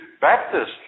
Baptists